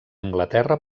anglaterra